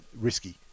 risky